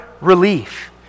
relief